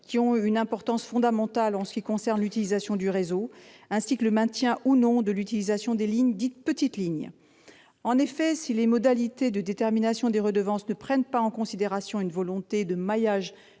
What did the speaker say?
qui ont une importance fondamentale en ce qui concerne l'utilisation du réseau, ainsi que le maintien ou non de l'utilisation de ce que l'on appelle couramment les petites lignes. En effet, si les modalités de détermination des redevances ne prennent pas en considération une volonté de maillage